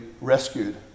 rescued